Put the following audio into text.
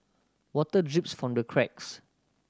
water drips from the cracks